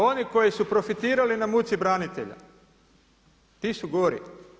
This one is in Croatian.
Oni koji su profitirali na muci branitelja, ti su gori.